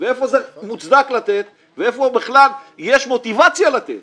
והיכן זה מוצדק לתת והיכן בכלל יש מוטיבציה לתת.